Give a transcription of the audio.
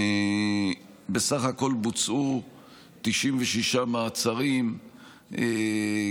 בוצעו 96 מעצרים בסך הכול.